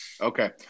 Okay